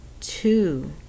Two